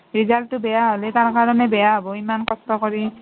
ৰিজাল্টটো বেয়া হ'লে তাৰ কাৰণে বেয়া হ'ব ইমান কষ্ট কৰি